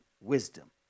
wisdom